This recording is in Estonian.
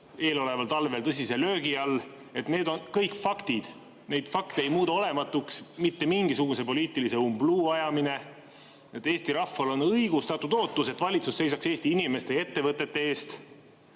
eeloleval talvel tõsise löögi all. Need on kõik faktid, mida ei muuda olematuks mitte mingisuguse poliitilise umbluu ajamine. Eesti rahval on õigustatud ootus, et valitsus seisaks Eesti inimeste ja ettevõtete eest.